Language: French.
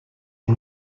est